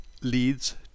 leads